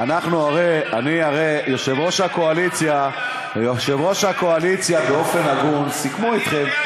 יושב-ראש הקואליציה באופן הגון סיכם אתכם,